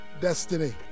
Destiny